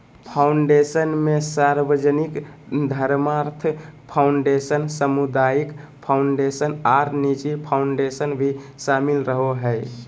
foundation मे सार्वजनिक धर्मार्थ फ़ाउंडेशन, सामुदायिक फ़ाउंडेशन आर निजी फ़ाउंडेशन भी शामिल रहो हय,